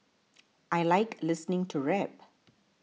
I like listening to rap